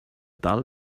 dull